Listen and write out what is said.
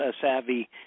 savvy